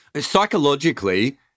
Psychologically